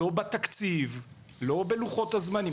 לא בתקציב, לא בלוחות הזמנים.